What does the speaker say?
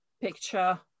picture